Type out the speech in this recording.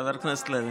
חבר הכנסת לוי.